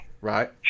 Right